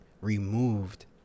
removed